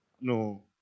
No